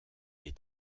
est